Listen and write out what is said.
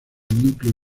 núcleo